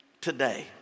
today